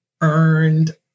earned